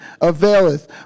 availeth